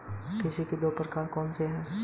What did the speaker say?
कृषि के दो प्रकार कौन से हैं?